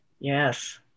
Yes